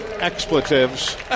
expletives